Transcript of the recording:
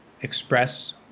express